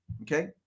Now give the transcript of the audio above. okay